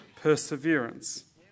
perseverance